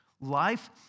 life